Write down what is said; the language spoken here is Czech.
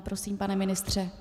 Prosím, pane ministře.